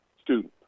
students